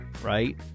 right